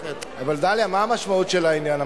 אבל, דליה, מה המשמעות של העניין?